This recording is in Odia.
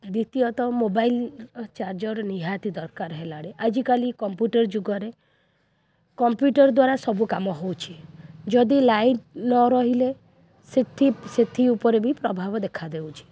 ଦ୍ୱିତୀୟତଃ ମୋବାଇଲ୍ ଚାର୍ଜର୍ ନିହାତି ଦରକାର ହେଲାଣି ଆଜିକାଲି କମ୍ପୁଟର୍ ଯୁଗରେ କମ୍ପ୍ୟୁଟର୍ ଦ୍ୱାରା ସବୁ କାମ ହେଉଛି ଯଦି ଲାଇନ୍ ନ ରହିଲେ ସେଥି ଉପରେ ବି ପ୍ରଭାବ ଦେଖାଦେଉଛି